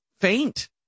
faint